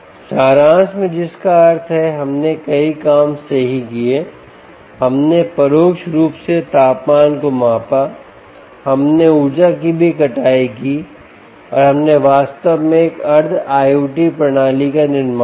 सारांश में जिसका अर्थ है हमने कई काम सही किए हमने परोक्ष रूप से तापमान को मापा हमने ऊर्जा की भी कटाई की और हमने वास्तव में एक अर्ध IOT प्रणाली का निर्माण किया